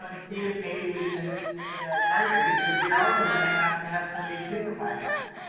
and see if maybe we can you know partner, because we are also gonna have to have somebody supervise that